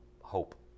hope